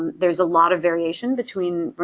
there's a lot of variation between,